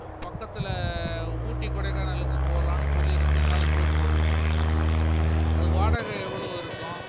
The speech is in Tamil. பக்கத்தில் ஊட்டி கொடைக்கானலுக்கு போலான்னு சொல்லி ரெண்டு நாள் டூர் போட்டிருக்கோம் அது வாடகை எவ்வளோ இருக்கும்